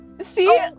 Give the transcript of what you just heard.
See